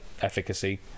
efficacy